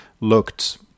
looked